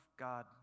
God